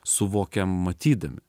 suvokiam matydami